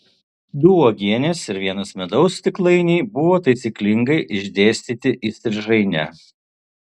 du uogienės ir vienas medaus stiklainiai buvo taisyklingai išdėstyti įstrižaine